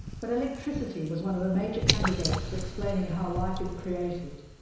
but electricity was one of the major candidates for explaining how life is created,